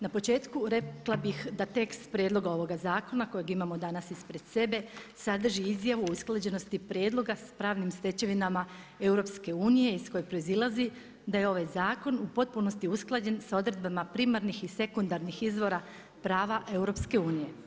Na početku rekla bih da tekst prijedloga ovoga zakona kojega imamo danas ispred sebe sadrži izjavu o usklađenosti prijedloga sa pravnim stečevinama EU iz koje proizlazi da je ovaj zakon u potpunosti usklađen sa odredbama primarnih i sekundarnih izvora prava EU.